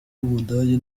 w’umudage